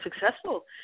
successful